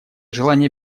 желание